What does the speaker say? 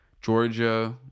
georgia